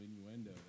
innuendo